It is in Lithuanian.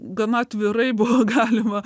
gana atvirai buvo galima